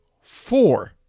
four